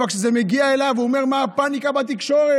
אבל כשזה מגיע אליו, הוא אומר: מה הפניקה בתקשורת?